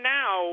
now